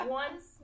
one